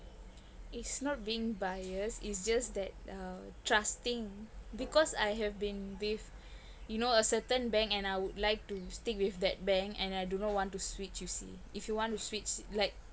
it's not being biased it's just that uh trusting because I have been with you know a certain bank and I would like to stick with that bank and I do not want to switch you see if you want to switch like